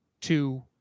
two